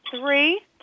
three